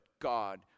god